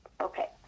Okay